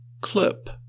clip